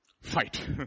Fight